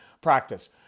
practice